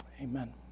Amen